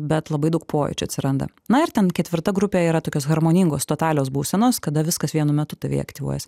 bet labai daug pojūčių atsiranda na ir ten ketvirta grupė yra tokios harmoningos totalios būsenos kada viskas vienu metu tavy aktyvuojas